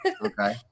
Okay